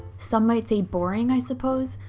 some might say boring i suppose?